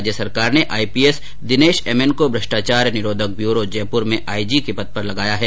राज्य सरकार ने आईपीएस दिनेश एमएन को भ्रष्टाचार निरोधक ब्यूरो जयपुर में आईजी के पद पर लगाया है